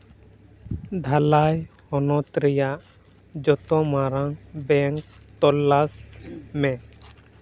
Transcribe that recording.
ᱫᱷᱟᱞᱟᱭ ᱦᱚᱱᱚᱛ ᱨᱮᱭᱟᱜ ᱡᱚᱛᱚ ᱢᱟᱨᱟᱝ ᱵᱮᱝᱠ ᱛᱚᱞᱟᱥ ᱢᱮ